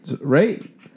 right